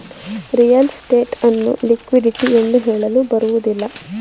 real state ಅನ್ನು liquidity ಎಂದು ಹೇಳಲು ಬರುವುದಿಲ್ಲ